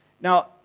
Now